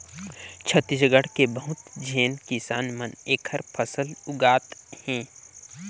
छत्तीसगढ़ के बहुत झेन किसान मन एखर फसल उगात हे